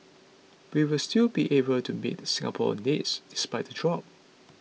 we will still be able to meet Singapore's needs despite the drop